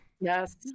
Yes